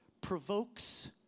provokes